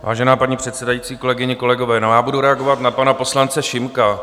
Vážená paní předsedající, kolegyně, kolegové, já budu reagovat na pana poslance Šimka.